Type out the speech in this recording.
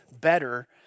better